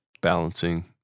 balancing